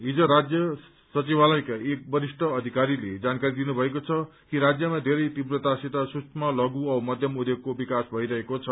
हिज राज्य सचिवालयका एक वरिष्ठ अधिकारले जानकारी दिनुभएको छ कि राज्यमा धेरै तीव्रतासित सूक्ष्म लघु औ मध्यम उद्योगको विकास भइरहेको छ